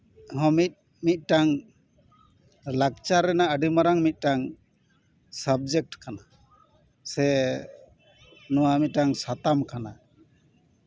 ᱱᱚᱣᱟ ᱢᱤᱫ ᱢᱤᱫᱴᱟᱱ ᱞᱟᱠᱪᱟᱨ ᱨᱮᱱᱟᱜ ᱟᱹᱰᱤ ᱢᱟᱨᱟᱝ ᱢᱤᱫᱴᱟᱝ ᱥᱟᱵᱡᱮᱠᱴ ᱠᱟᱱᱟ ᱥᱮ ᱱᱚᱣᱟ ᱢᱤᱫᱴᱟᱝ ᱥᱟᱛᱟᱢ ᱠᱟᱱᱟ